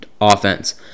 offense